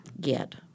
get